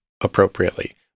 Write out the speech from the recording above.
appropriately